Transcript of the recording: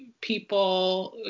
people